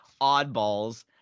oddballs